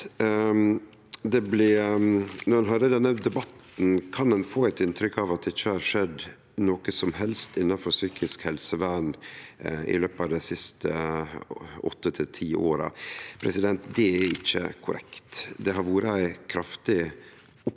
Når ein høyrer denne debatten kan ein få eit inntrykk av at det ikkje har skjedd noko som helst innanfor psykisk helsevern i løpet av dei siste åtte til ti åra. Det er ikkje korrekt. Det har vore ei kraftig opptrapping